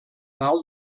dalt